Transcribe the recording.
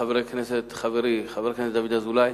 חברי חבר הכנסת דוד אזולאי,